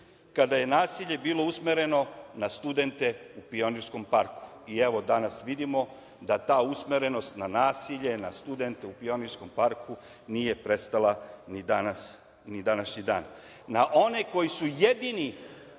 kada je nasilje bilo usmereno na studente u Pionirskom parku. Evo, danas vidimo da ta usmerenost na nasilje, na studente u Pionirskom parku nije prestala ni danas, ni današnji dan - na one koji su jedini